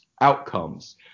outcomes